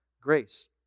grace